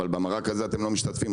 במרק הזה אתם לא משתתפים,